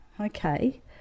okay